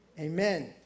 Amen